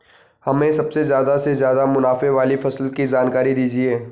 हमें सबसे ज़्यादा से ज़्यादा मुनाफे वाली फसल की जानकारी दीजिए